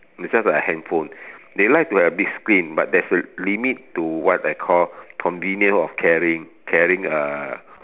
is just like a handphone they like to have big screen but there's a limit to what I call convenience of carrying carrying a